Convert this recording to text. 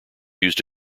used